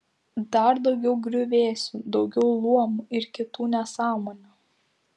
dar daugiau griuvėsių daugiau luomų ir kitų nesąmonių